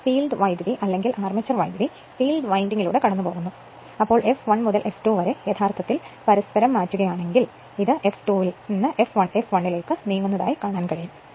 ഇവിടെ ഫീൽഡ് വൈദ്യുതി അല്ലെങ്കിൽ ആർമേച്ചർ വൈദ്യുതി ഫീൽഡ് വൈൻഡിംഗിലൂടെ കടന്നുപോകുന്നു അതായത് F1 മുതൽ F2 വരെ യഥാർത്ഥത്തിൽ പരസ്പരം മാറ്റുകയാണെങ്കിൽ ഇത് F2 ലേക്ക് F1 ലേക്ക് നീങ്ങും